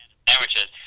sandwiches